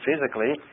physically